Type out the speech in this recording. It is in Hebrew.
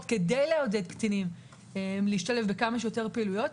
כדי לעודד קטינים להשתלב בכמה שיותר פעילויות,